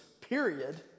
period